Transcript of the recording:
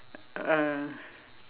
uh